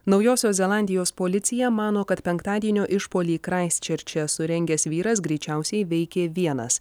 naujosios zelandijos policija mano kad penktadienio išpuolį kraisčerče surengęs vyras greičiausiai veikė vienas